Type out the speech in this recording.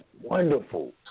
Wonderful